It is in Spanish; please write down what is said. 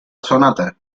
sonata